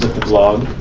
the blog,